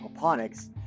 aquaponics